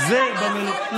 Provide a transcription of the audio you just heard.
אז תוציא אותנו החוצה.